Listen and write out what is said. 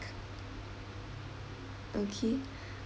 okay